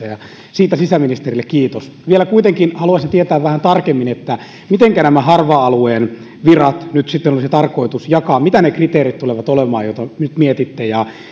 ja siitä sisäministerille kiitos vielä kuitenkin haluaisin tietää vähän tarkemmin mitenkä nämä harva alueen virat nyt sitten olisi tarkoitus jakaa mitä ne kriteerit tulevat olemaan joita nyt nyt mietitte